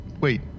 Wait